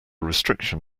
restriction